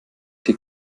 die